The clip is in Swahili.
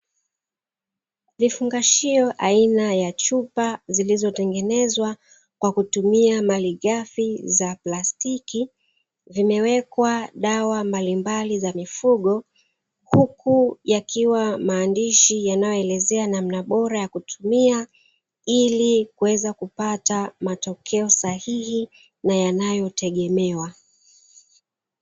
Vifungashio aina ya chupa zilizotengenezwa kwa kutumia malighafi za plastiki, vimewekwa dawa mbalimbali za mifugo huku yakiwa maandishi yanayoelezea namna bora ya kutumia, ili kuweza kupata matokeo sahihi na yanayotegemewa.